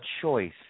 choice